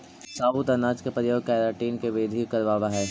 साबुत अनाज के प्रयोग केराटिन के वृद्धि करवावऽ हई